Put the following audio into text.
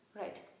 right